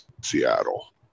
Seattle